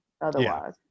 otherwise